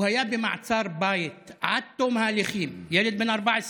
הוא היה במעצר בית עד תום ההליכים, ילד בן 14,